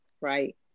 right